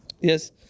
Yes